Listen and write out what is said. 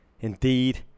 Indeed